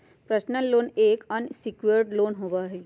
personal loan एक unsecured loan होबा हई